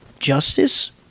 justice